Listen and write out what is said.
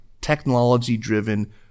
technology-driven